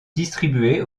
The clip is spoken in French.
distribuées